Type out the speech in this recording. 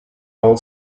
hold